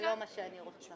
זה לא מה שאני רוצה.